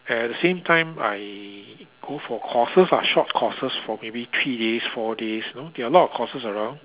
at the same time I go for courses lah short courses for maybe three days four days you know there are a lot of courses around